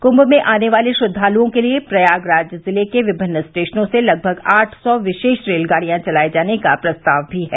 कुंभ में आने वाले श्रद्वालुओं के लिए प्रयागराज ज़िले के विमिन्न स्टेशनों से लगभग आठ सौ विशेष रेलगाड़ियां चलाये जाने का प्रस्ताव भी है